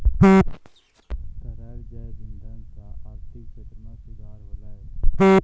तरल जैव इंधन सँ आर्थिक क्षेत्र में सुधार होलै